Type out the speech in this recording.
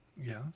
yes